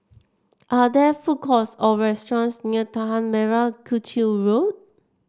are there food courts or restaurants near Tanah Merah Kechil Road